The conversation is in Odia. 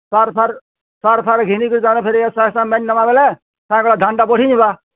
ସାର୍ ଫାର୍ ସାର୍ ଫାର୍ ଘିନିକି ଫେରାଇ ନେମା ବୋଲେ ସାର୍ ଧାନ୍ଟା ବୋହିଯିମା